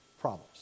problems